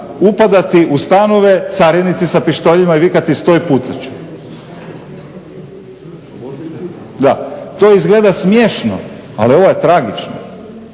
upadati u stanove carinici sa pištoljima i vikati stoj, pucat ću. To izgleda smiješno, ali ovo je tragično.